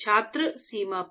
छात्र सीमा पर